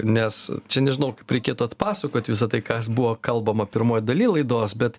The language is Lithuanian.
nes čia nežinau kaip reikėtų atpasakot visa tai kas buvo kalbama pirmoj daly laidos bet